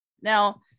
Now